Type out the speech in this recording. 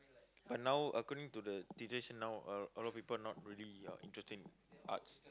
but now according to the traditional a a lot of people not really uh interested in arts